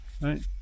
right